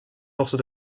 forces